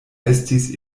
estis